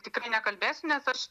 tikrai nekalbėsiu nes aš